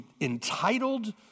entitled